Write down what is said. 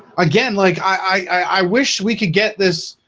again like i wish we could get this